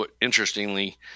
Interestingly